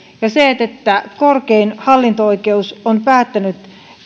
ja korkein hallinto oikeus on päättänyt